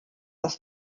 das